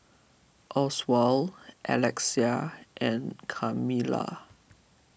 Oswald Alexia and Carmella